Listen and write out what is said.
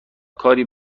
کاری